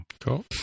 Cool